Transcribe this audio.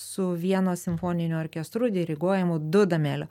su vienos simfoniniu orkestru diriguojamu dudamelio